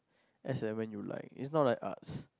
as and when you like it's not like arts